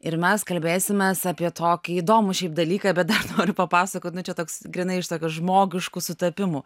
ir mes kalbėsimės apie tokį įdomų šiaip dalyką bet dar noriu papasakot na čia toks grynai iš tokių žmogiškų sutapimų